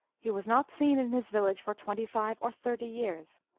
he was not seen in his village for twenty-five or thirty years.